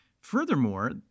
furthermore